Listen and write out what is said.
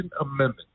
Amendment